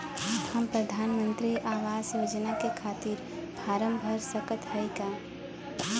हम प्रधान मंत्री आवास योजना के खातिर फारम भर सकत हयी का?